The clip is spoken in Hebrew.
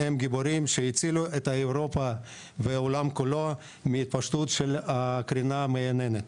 הם גיבורים שהצילו את אירופה והעולם כולו מההתפשטות של הקרינה המייננת,